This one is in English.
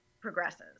progresses